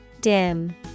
dim